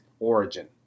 origin